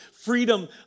freedom